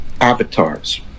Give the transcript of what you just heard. avatars